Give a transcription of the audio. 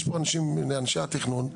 יש פה אנשי תכנון,